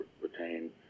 retain